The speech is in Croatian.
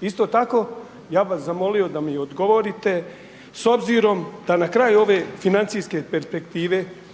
Isto tako, ja bi vas zamolio da mi odgovorite s obzirom da na kraju ove financijske perspektive